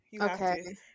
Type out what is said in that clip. Okay